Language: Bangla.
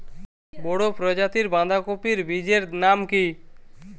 বড় প্রজাতীর বাঁধাকপির বীজের নাম কি?